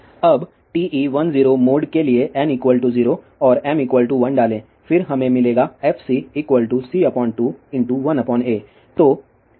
अब TE10 mode के लिए n 0 और m 1 डालें फिर हमें मिलेगा fcc21a